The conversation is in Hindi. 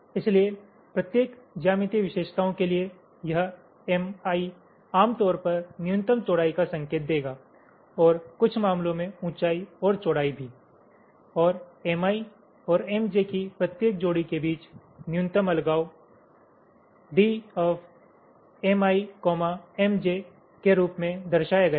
इसलिए प्रत्येक ज्यामितीय विशेषताओं के लिए यह Mi आमतौर पर न्यूनतम चौड़ाई का संकेत देगा और कुछ मामलों में ऊंचाई और चौड़ाई भी और Mi और Mj की प्रत्येक जोड़ी के बीच न्यूनतम अलगाव d Mi Mj के रूप में दर्शाया गया है